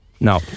No